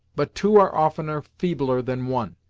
but two are oftener feebler than one,